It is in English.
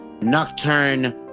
nocturne